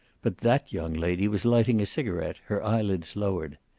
but that young lady was lighting a cigaret, her eyelids lowered.